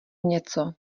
něco